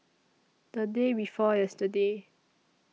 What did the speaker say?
The Day before yesterday